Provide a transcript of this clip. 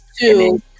Two